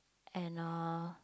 and uh